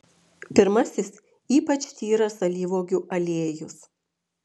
pirmasis ypač tyras alyvuogių aliejus